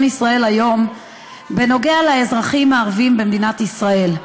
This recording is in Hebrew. ישראל היום על האזרחים הערבים במדינת ישראל.